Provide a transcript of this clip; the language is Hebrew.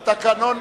דני,